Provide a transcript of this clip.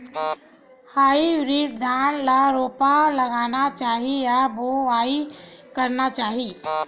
Hybrid धान ल रोपा लगाना चाही या बोआई करना चाही?